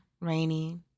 rainy